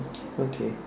okay